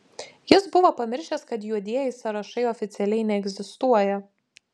jis buvo pamiršęs kad juodieji sąrašai oficialiai neegzistuoja